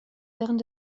während